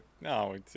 no